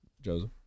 Joseph